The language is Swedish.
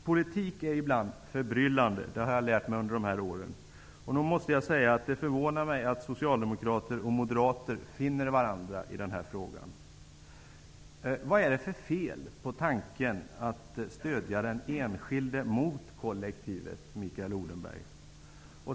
Politik är ibland förbryllande -- det har jag lärt mig under de här åren. Det förvånar mig att socialdemokrater och moderater finner varandra i den här frågan. Vad är det för fel på tanken att stödja den enskilde mot kollektivet, Mikael Odenberg?